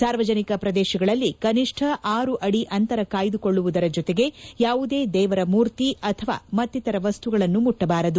ಸಾರ್ವಜನಿಕ ಪ್ರದೇಶಗಳಲ್ಲಿ ಕನಿಷ್ಠ ಆರು ಅಡಿ ಅಂತರ ಕಾಯ್ದುಕೊಳ್ಳುವ ಜೊತೆಗೆ ಯಾವುದೇ ದೇವರ ಮೂರ್ತಿ ಅಥವಾ ಮತ್ತಿತರ ವಸ್ತುಗಳನ್ನು ಮುಟ್ಟಬಾರದು